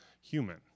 human